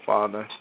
Father